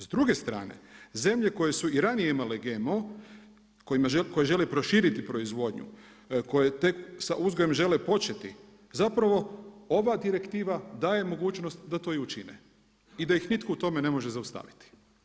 S druge strane, zemlje koje su i ranije imali GMO, koje žele proširiti proizvodnju, koje tek sa uzgojem žele početi, zapravo, ova direktiva daje mogućnost da to i učine i da ih nitko u tome ne može zaustaviti.